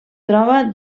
troba